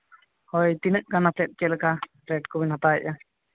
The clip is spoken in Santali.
ᱦᱳᱭ ᱛᱤᱱᱟᱹᱜ ᱜᱟᱱ ᱮᱱᱛᱮᱫ ᱪᱮᱫ ᱞᱮᱠᱟ ᱨᱮᱴ ᱠᱚᱵᱤᱱ ᱦᱟᱛᱟᱣᱮᱫᱼᱟ